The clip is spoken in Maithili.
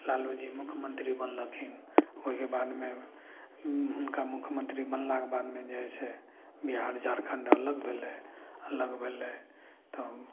लालू जी मुख्यमन्त्री बनलखिन ओइके बादमे हुनका मुख्यमन्त्री बनलाके बादमे जे हइ से बिहार झारखण्ड अलग भेलय अलग भेलय तब